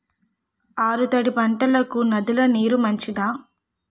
ఆరు తడి పంటలకు నదుల నీరు మంచిదా?